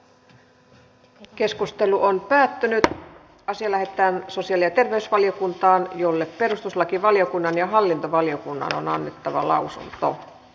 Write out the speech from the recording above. asia lähetettiin sosiaali ja terveysvaliokuntaan jolle perustuslakivaliokunnan ja hallintovaliokunnan on annettava lausunto